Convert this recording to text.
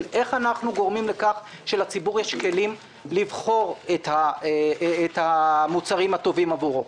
איך אנחנו גורמים לכך שלציבור יש כלים לבחור את המוצרים הטובים עבורו.